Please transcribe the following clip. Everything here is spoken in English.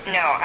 no